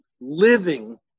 Living